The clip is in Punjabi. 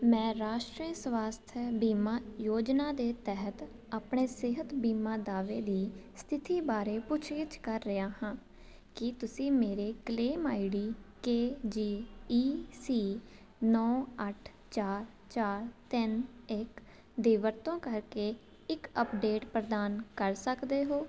ਮੈਂ ਰਾਸ਼ਟਰੀ ਸਵਾਸਥਯ ਬੀਮਾ ਯੋਜਨਾ ਦੇ ਤਹਿਤ ਆਪਣੇ ਸਿਹਤ ਬੀਮਾ ਦਾਅਵੇ ਦੀ ਸਥਿਤੀ ਬਾਰੇ ਪੁੱਛਗਿੱਛ ਕਰ ਰਿਹਾ ਹਾਂ ਕੀ ਤੁਸੀਂ ਮੇਰੇ claim I D K J E C ਨੌ ਅੱਠ ਚਾਰ ਚਾਰ ਤਿੰਨ ਇੱਕ ਦੀ ਵਰਤੋਂ ਕਰਕੇ ਇੱਕ ਅੱਪਡੇਟ ਪ੍ਰਦਾਨ ਕਰ ਸਕਦੇ ਹੋ